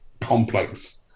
complex